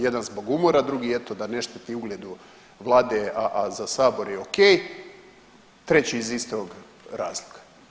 Jedan zbog umora, drugi eto da ne šteti ugledu vlade, a za sabor je ok, treći iz istog razloga.